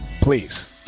Please